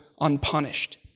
unpunished